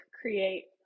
create